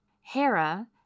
Hera